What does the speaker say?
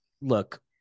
Look